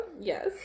yes